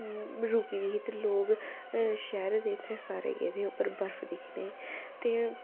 रुकी दी ते लोक शैह्रे दे गेदे हे बर्फ दिक्खने गी ते